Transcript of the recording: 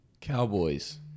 Cowboys